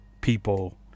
people